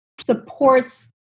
supports